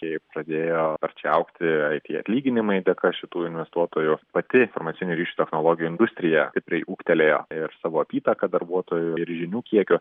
jai padėjo sparčiai augti ai ty atlyginimai dėka šitų investuotojų pati informacinių ryšių technologijų industrija stipriai ūgtelėjo ir savo apytaka darbuotojų ir žinių kiekio